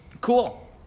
cool